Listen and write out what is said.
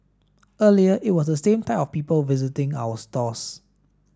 earlier it was the same type of people visiting our stores